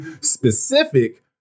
specific